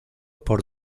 por